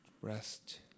rest